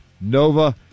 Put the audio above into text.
Nova